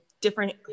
different